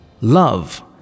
love